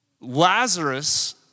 Lazarus